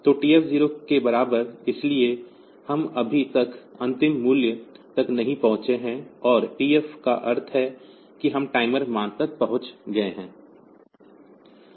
तो TF 0 के बराबर इसलिए हम अभी तक अंतिम मूल्य तक नहीं पहुंचे हैं और TF का अर्थ है कि हम टाइमर मान तक पहुंच गए हैं